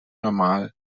normal